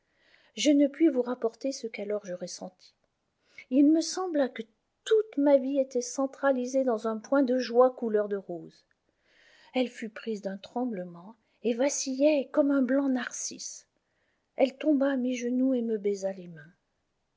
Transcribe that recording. je ne puis vous rapporter ce qu'alors je ressentis il me sembla que toute ma vie était centralisée dans un point de joie couleur de rose elle fut prise d'un tremblement et vacillait comme un blanc narcisse elle tomba à mes genoux et me baisa les mains